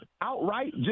outright